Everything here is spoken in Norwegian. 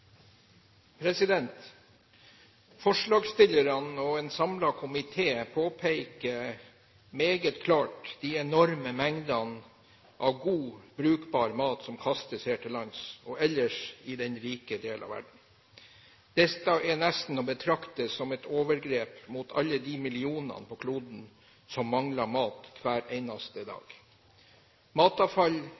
Forslagsstillerne og en samlet komité påpeker meget klart de enorme mengdene av godt brukbar mat som kastes her til lands og ellers i den rike del av verden. Det er nesten å betrakte som et overgrep mot alle de millionene på kloden som mangler mat hver eneste dag. Matavfall